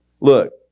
Look